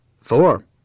Four